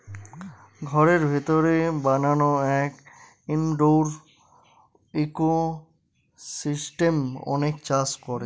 ঘরের ভিতরে বানানো এক ইনডোর ইকোসিস্টেম অনেকে চাষ করে